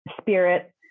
spirit